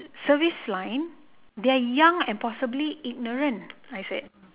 service line they are young and possibly ignorant I said